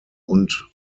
und